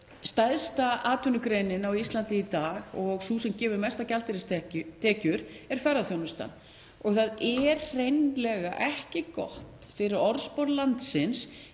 stærsta atvinnugreinin á Íslandi í dag og sú sem gefur mestar gjaldeyristekjur er ferðaþjónustan og það er hreinlega ekki gott fyrir orðspor landsins